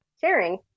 sharing